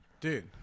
Dude